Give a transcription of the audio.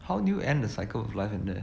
how do you end the cycle of life and death